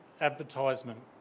advertisement